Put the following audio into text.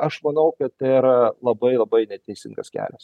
aš manau kad tai yra labai labai neteisingas kelias